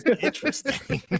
Interesting